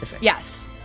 Yes